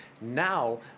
Now